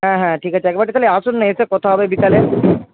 হ্যাঁ হ্যাঁ ঠিক আছে একবারটি খালি আসুন না এসে কথা হবে বিকালে